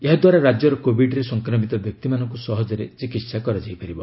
ଏହାଦ୍ୱାରା ରାଜ୍ୟର କୋଭିଡ୍ରେ ସଂକ୍ରମିତ ବ୍ୟକ୍ତିମାନଙ୍କୁ ସହଜରେ ଚିକିତ୍ସା କରାଯାଇ ପାରିବ